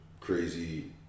crazy